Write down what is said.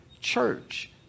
church